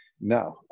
No